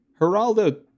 Geraldo